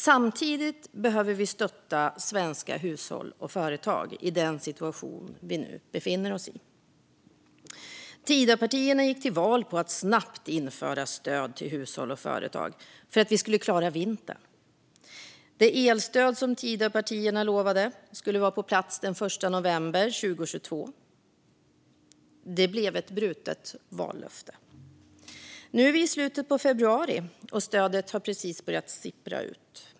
Samtidigt behöver vi stötta svenska hushåll och företag i den situation vi nu befinner oss i. Tidöpartierna gick till val på att snabbt införa stöd till hushåll och företag för att de skulle klara vintern. Det elstöd som Tidöpartierna lovade skulle vara på plats den 1 november 2022 blev ett brutet vallöfte. Nu är vi i slutet av februari, och stödet har precis börjat sippra ut.